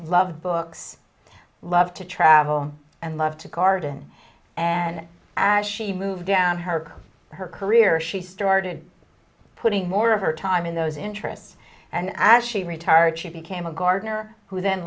love books i love to travel and love to garden and as she moved down her clothes her career she started putting more of her time in those interests and as she retired she became a gardener who then